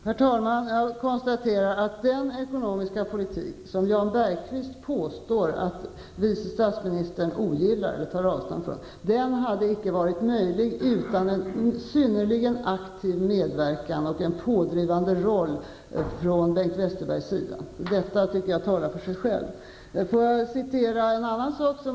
Herr talman! Jag konstaterar att den ekonomiska politik som Jan Bergqvist påstår att vice statsministern tar avstånd från, hade icke varit möjlig utan en synnerligen aktiv medverkan och pådrivande roll från Bengt Westerbergs sida. Det tycker jag talar för sig själv.